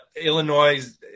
Illinois